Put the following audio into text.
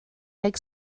deg